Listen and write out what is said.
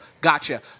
Gotcha